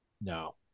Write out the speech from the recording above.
No